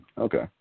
Okay